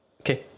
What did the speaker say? Okay